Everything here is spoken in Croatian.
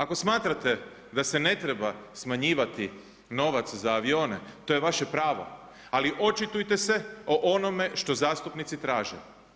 Ako smatrate da se ne treba smanjivati novac za avione, to je vaše pravo ali očitujte se o onome što zastupnici traže.